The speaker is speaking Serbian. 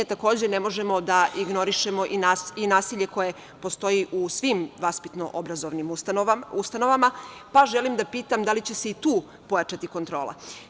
Takođe, ne možemo da ignorišemo i nasilje koje postoji u svim vaspitno-obrazovnim ustanovama, pa želim da pitam da li će se i tu pojačati kontrola.